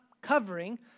covering